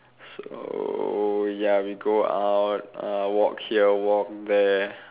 so ya we go out uh walk here walk there